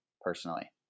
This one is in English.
personally